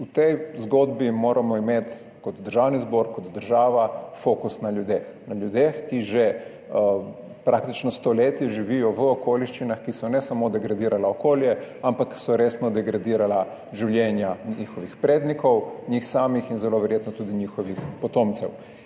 V tej zgodbi moramo imeti kot Državni zbor, kot država fokus na ljudeh, na ljudeh, ki že praktično stoletje živijo v okoliščinah, ki so ne samo degradirale okolje, ampak so resno degradirale življenja njihovih prednikov, njih samih in zelo verjetno tudi njihovih potomcev.